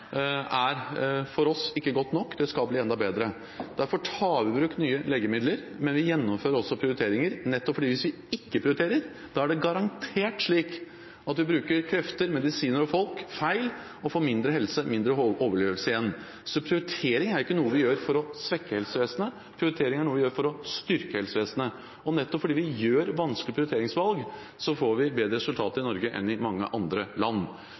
er for oss ikke godt nok. Det skal bli enda bedre. Derfor tar vi i bruk nye legemidler. Men vi gjennomfører også prioriteringer. Hvis vi ikke prioriterer, er det garantert slik at vi bruker krefter, medisiner og folk feil – og får mindre helse, mindre overlevelse, igjen. Prioritering er ikke noe vi gjør for å svekke helsevesenet, prioritering er noe vi gjør for å styrke helsevesenet. Nettopp fordi vi gjør vanskelige prioriteringsvalg, får vi bedre resultater i Norge enn i mange andre land.